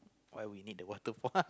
why we need the water for